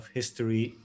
history